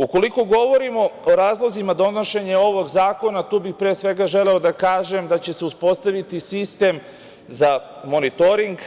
Ukoliko govorimo o razlozima donošenja ovog zakona, tu bih pre svega želeo da kažem da će se uspostaviti sistem za monitoring,